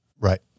Right